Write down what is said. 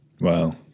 Wow